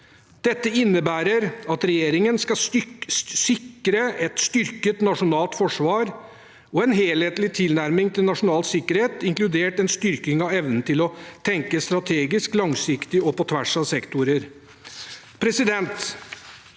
Dette innebærer at regjeringen skal sikre et styrket nasjonalt forsvar og en helhetlig tilnærming til nasjonal sikkerhet, inkludert en styrking av evnen til å tenke strategisk, langsiktig og på tvers av sektorer.